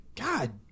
God